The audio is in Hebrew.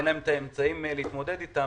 שאין להן את האמצעים להתמודד איתם,